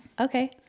Okay